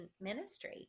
ministry